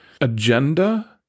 agenda